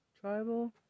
Tribal